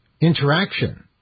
interaction